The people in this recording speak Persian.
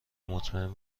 مطمئن